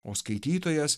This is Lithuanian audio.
o skaitytojas